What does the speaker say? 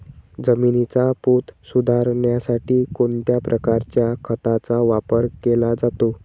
जमिनीचा पोत सुधारण्यासाठी कोणत्या प्रकारच्या खताचा वापर केला जातो?